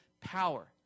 power